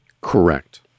Correct